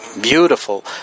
Beautiful